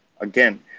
again